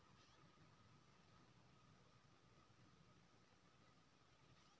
bulk tank सँ दुध निकालि केँ सप्लायर केँ देल जाइत छै